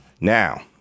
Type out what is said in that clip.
Now